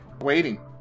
waiting